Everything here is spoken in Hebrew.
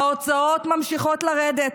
ההוצאות ממשיכות לרדת: